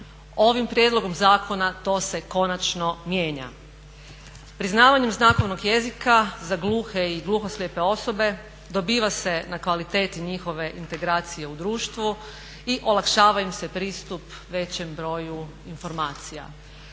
Ovim prijedlogom zakona to se konačno mijenja. Priznavanjem znakovnog jezika za gluhe i gluhoslijepe osobe dobiva se na kvaliteti njihove integracije u društvu i olakšava im se pristup većem broju informacija.